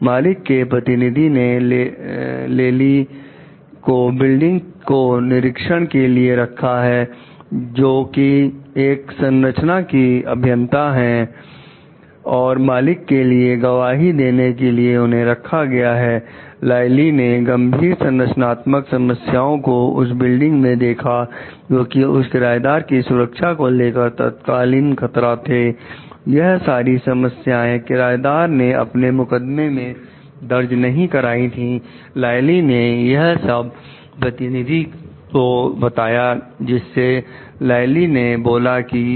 मालिक के प्रतिनिधि ने लेली में दर्ज है